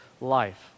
life